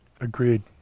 agreed